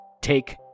take